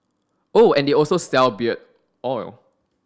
oh and they also sell beard oil